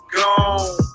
gone